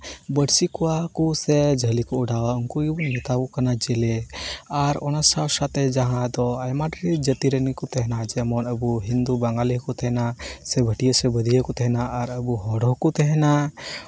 ᱵᱟᱹᱲᱥᱤ ᱠᱚᱣᱟ ᱠᱚ ᱥᱮ ᱡᱷᱟᱹᱞᱤ ᱠᱚ ᱚᱰᱟᱣᱟ ᱩᱱᱠᱩ ᱜᱮᱵᱚᱱ ᱢᱮᱛᱟᱣᱟᱠᱚ ᱠᱟᱱᱟ ᱡᱮᱞᱮ ᱟᱨ ᱚᱱᱟ ᱥᱟᱶ ᱥᱟᱶᱛᱮ ᱡᱟᱦᱟᱸ ᱫᱚ ᱟᱭᱢᱟ ᱰᱷᱮᱨ ᱡᱟᱛᱤ ᱨᱟᱹᱱᱤ ᱠᱚ ᱛᱮᱦᱮᱱᱟ ᱡᱮᱢᱚᱱ ᱟᱵᱚ ᱦᱤᱱᱫᱩ ᱵᱟᱝᱟᱞᱤ ᱦᱚᱸᱠᱚ ᱛᱮᱦᱮᱱᱟ ᱥᱮ ᱵᱷᱟᱹᱴᱭᱟᱹ ᱥᱮ ᱵᱷᱟᱹᱫᱽᱭᱟᱹ ᱦᱚᱸᱠᱚ ᱛᱟᱦᱮᱱᱟ ᱟᱨ ᱟᱵᱚ ᱦᱚᱲ ᱦᱚᱸᱠᱚ ᱛᱮᱦᱮᱱᱟ